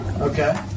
Okay